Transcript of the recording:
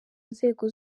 nzego